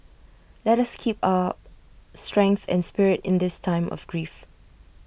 let us keep up our strength and spirit in this time of grief